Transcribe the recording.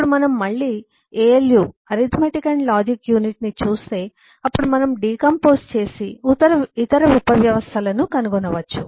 ఇప్పుడు మనం మళ్ళీ ALU arithmetic and logic unit ని చూస్తే అప్పుడు మనం డికాంపొస్ చేసి ఇతర ఉప వ్యవస్థలను కనుగొనవచ్చు